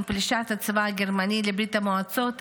עם פלישת הצבא הגרמני לברית המועצות,